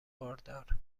باردار